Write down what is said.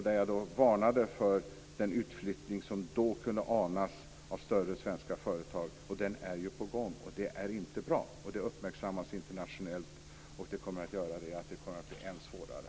Där varnade jag för den utflyttning av större svenska företag som då kunde anas. Den är nu på gång, och det är inte bra. Det uppmärksammas internationellt. Det kommer att göra att det blir än svårare.